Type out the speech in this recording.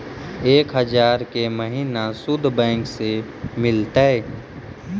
एक हजार के महिना शुद्ध बैंक से मिल तय?